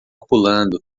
pulando